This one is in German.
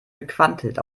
gequantelt